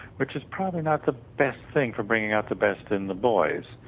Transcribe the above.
which is probably not the best thing for bringing up the best in the boys.